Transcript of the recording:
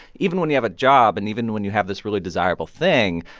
even when you have a job and even when you have this really desirable thing,